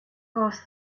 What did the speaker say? boss